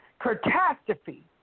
Catastrophe